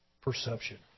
perception